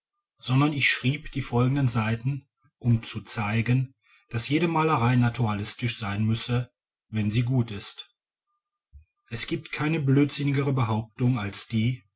sondern ich schrieb die folgenden seiten um zu zeigen daß jede malerei naturalistisch sein müsse wenn sie gut ist es gibt keine blödsinnigere behauptung als die